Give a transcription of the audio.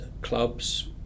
clubs